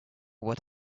what